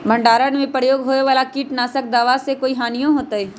भंडारण में प्रयोग होए वाला किट नाशक दवा से कोई हानियों होतै?